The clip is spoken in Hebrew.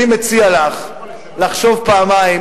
אני מציע לך לחשוב פעמיים,